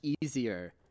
easier